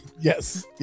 Yes